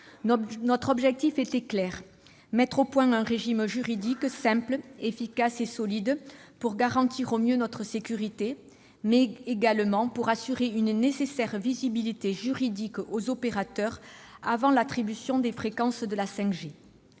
Notre objectif était clair : mettre au point un régime juridique simple, efficace et solide non seulement pour garantir au mieux notre sécurité, mais aussi pour assurer une nécessaire visibilité juridique aux opérateurs, avant l'attribution des fréquences de la 5G.